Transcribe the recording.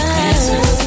Christmas